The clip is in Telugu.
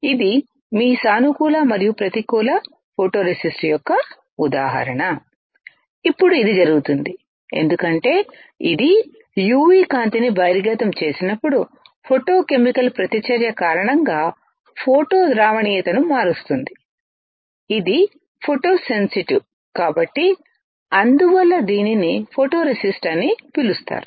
ఇది మీ సానుకూల మరియు ప్రతికూల ఫోటోరేసిస్ట్ యొక్క ఉదాహరణ ఇప్పుడు ఇది జరుగుతుంది ఎందుకంటే ఇది UV కాంతిని బహిర్గతం చేసినప్పుడు ఫోటోకెమికల్ ప్రతిచర్య కారణంగా ఫోటో ద్రావణీయతను మారుస్తుంది ఇది ఫోటోసెన్సిటివ్ కాబట్టి అందువల్ల దీనిని ఫోటోరేసిస్ట్ అని పిలుస్తారు